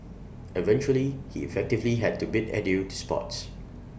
eventually he effectively had to bid adieu to sports